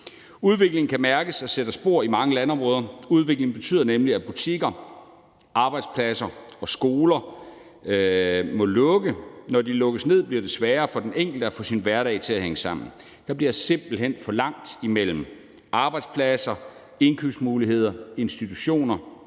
Udviklingen kan mærkes og sætter spor i mange landområder. Udviklingen betyder nemlig, at butikker, arbejdspladser og skoler må lukke. Når de lukkes ned, bliver det sværere for den enkelte at få sin hverdag til at hænge sammen. Der bliver simpelt hen for langt imellem arbejdspladser, indkøbsmuligheder, institutioner